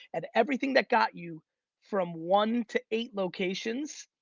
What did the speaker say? at everything that got you from one to eight locations.